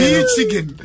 Michigan